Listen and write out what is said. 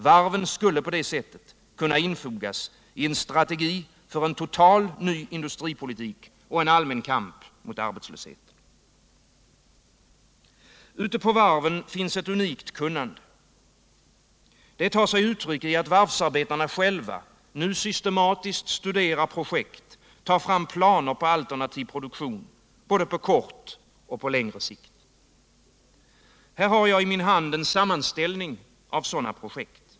Varven skulle på det sättet kunna infogas i en strategi för en totalt ny industripolitik och en allmän kamp mot arbetslösheten. Ute på varven finns ett unikt kunnande. Det tar sig uttryck i att varvsarbetarna själva nu systematiskt studerar projekt och tar fram planer på alternativ produktion — både på kort och på längre sikt. Här har jag i min hand en sammanställning av sådana projekt.